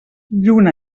lluna